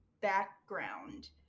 background